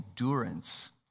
endurance